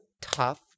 tough